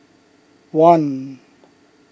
one